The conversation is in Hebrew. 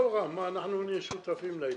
נכון, זה מגיע לסכומים גבוהים.